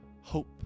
hope